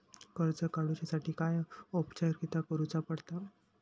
कर्ज काडुच्यासाठी काय औपचारिकता करुचा पडता?